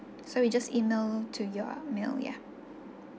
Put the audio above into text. so we just email to your mail yeah